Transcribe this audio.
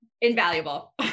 invaluable